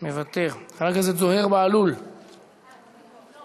אינה נוכחת,